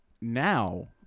now